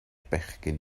bechgyn